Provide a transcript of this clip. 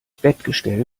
bettgestell